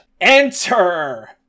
Enter